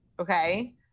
okay